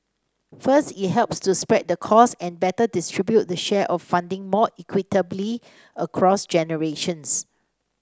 first it helps to spread the costs and better distribute the share of funding more equitably across generations